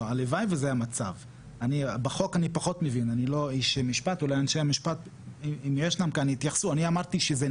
אולי באיזה שהוא שלב ענת נקבל את חוות